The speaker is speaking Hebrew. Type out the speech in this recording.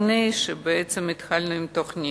לפני שבעצם התחלנו בתוכנית.